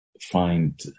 find